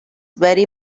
very